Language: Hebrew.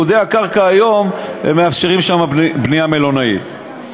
ייעודי הקרקע היום מאפשרים שם בנייה מלונאית.